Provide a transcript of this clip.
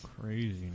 craziness